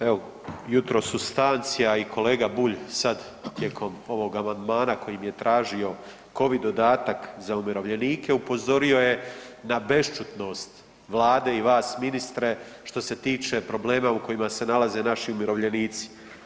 Evo jutros u stanci, a i kolega Bulj tijekom ovog amandmana kojim je tražio covid dodatak za umirovljenike upozorio je na bešćutnost Vlade i vas ministre što se tiče problema u kojima se nalaze naši umirovljenici.